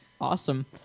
Awesome